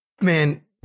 Man